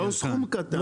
זה לא סכום קטן.